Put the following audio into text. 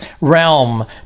realm